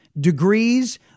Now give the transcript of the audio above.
degrees